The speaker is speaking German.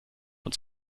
uns